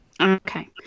Okay